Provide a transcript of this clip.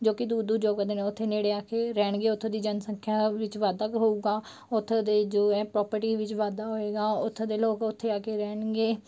ਜੋ ਕੀ ਦੂਰ ਦੂਰ ਜੋਬ ਕਰਦੇ ਨੇ ਉੱਥੇ ਨੇੜੇ ਆ ਰਹਿਣਗੇ ਉੱਥੋਂ ਦੀ ਜਨਸੰਖਿਆ ਵਿੱਚ ਵਾਧਾ ਹੋਊਗਾ ਉਥੋਂ ਦੇ ਜੋ ਐ ਪ੍ਰੋਪਰਟੀ ਵਿੱਚ ਵਾਧਾ ਹੋਏਗਾ ਉਥੋਂ ਦੇ ਲੋਕ ਉੱਥੇ ਆ ਕੇ ਰਹਿਣਗੇ